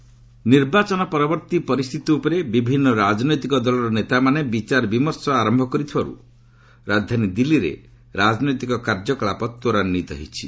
political meeting ନିର୍ବାଚନ ପରବର୍ତ୍ତୀ ପରିସ୍ଥିତି ଉପରେ ବିଭିନ୍ନ ରାଜନୈତିକ ଦଳର ନେତାମାନେ ବିଚାର ବିମର୍ଶ ଆରମ୍ଭ କରିଥିବାରୁ ରାଜଧାନୀ ଦିଲ୍ଲୀରେ ରାଜନୈତିକ କାର୍ଯ୍ୟକଳାପ ତ୍ୱରାନ୍ୱିତ ହୋଇଛି